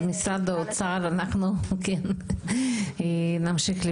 התמיכה שניתנת בשבץ, אגב, היא לרופאים